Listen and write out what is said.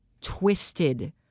twisted